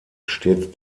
stets